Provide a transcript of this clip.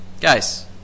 guys